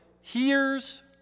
hears